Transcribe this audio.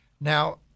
Now